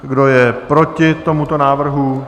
Kdo je proti tomuto návrhu?